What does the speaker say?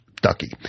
ducky